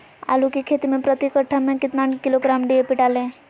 आलू की खेती मे प्रति कट्ठा में कितना किलोग्राम डी.ए.पी डाले?